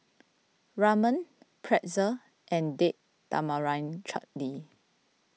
Ramen Pretzel and Date Tamarind Chutney